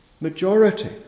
majority